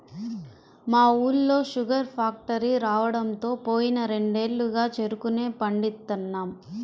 మా ఊళ్ళో sugar factory రాడంతో పోయిన రెండేళ్లుగా చెరుకునే పండిత్తన్నాం